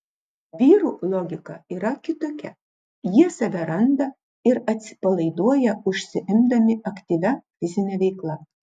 vyrų logika yra kitokia jie save randa ir atsipalaiduoja užsiimdami aktyvia fizine veikla